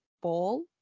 ball